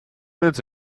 minutes